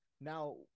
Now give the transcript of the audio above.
now